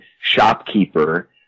shopkeeper